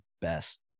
best